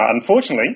unfortunately